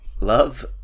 Love